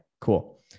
cool